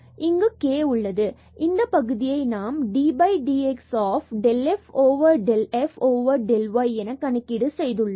இங்கு k உள்ளது மற்றும் இந்த பகுதியை நாம் d dx of del f del f del y என கணக்கீடு செய்து உள்ளோம்